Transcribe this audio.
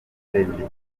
arembye